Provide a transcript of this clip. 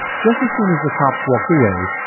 just as soon as the cops walked away,